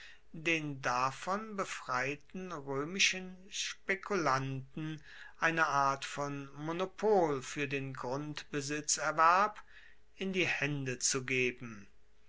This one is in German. den davon befreiten roemischen spekulanten eine art von monopol fuer den grundbesitzerwerb in die haende zu geben